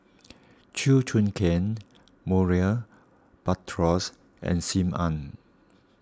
Chew Choo Keng Murray Buttrose and Sim Ann